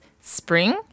Spring